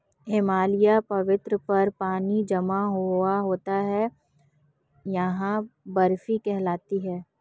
हिमालय पर्वत पर पानी जमा हुआ रहता है यह बर्फ कहलाती है